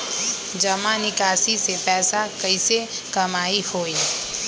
जमा निकासी से पैसा कईसे कमाई होई?